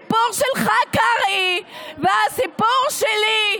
הסיפור שלך, קרעי, והסיפור שלי,